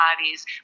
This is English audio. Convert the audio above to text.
bodies